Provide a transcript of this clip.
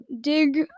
dig